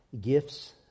gifts